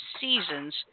seasons